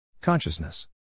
Consciousness